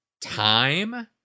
time